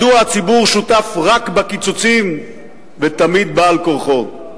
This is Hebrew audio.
מדוע הציבור שותף רק בקיצוצים ותמיד בעל-כורחו?